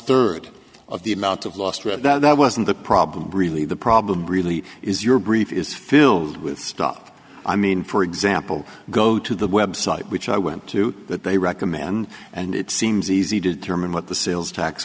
third of the amount of last read that wasn't the problem really the problem really is your brief is filled with stop i mean for example go to the website which i went to that they recommend and it seems easy to determine what the sales tax